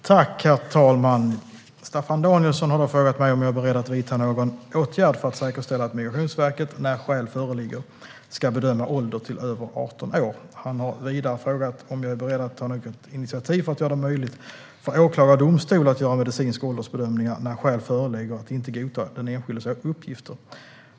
Herr talman! Staffan Danielsson har frågat mig om jag är beredd att vidta någon åtgärd för att säkerställa att Migrationsverket, när skäl föreligger, ska bedöma ålder till över 18 år. Han har vidare frågat om jag är beredd att ta något initiativ för att göra det möjligt för åklagare och domstol att göra medicinska åldersbestämningar när skäl föreligger att inte godta den enskildes uppgifter.